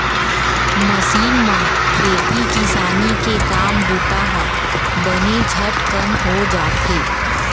machine म खेती किसानी के काम बूता ह बने झटकन हो जाथे